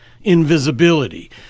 invisibility